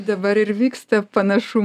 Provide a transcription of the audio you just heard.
dabar ir vyksta panašu